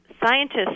Scientists